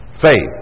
Faith